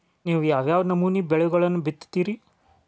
ನೇವು ಯಾವ್ ಯಾವ್ ನಮೂನಿ ಬೆಳಿಗೊಳನ್ನ ಬಿತ್ತತಿರಿ?